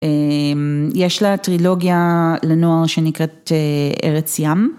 יש לה טרילוגיה לנוער שנקראת ארץ ים.